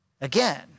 Again